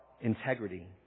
integrity